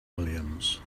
williams